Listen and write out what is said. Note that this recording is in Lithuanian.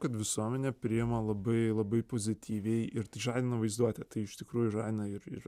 kad visuomenė priima labai labai pozityviai ir tai žadina vaizduotę tai iš tikrųjų žadina ir ir